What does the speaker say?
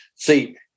See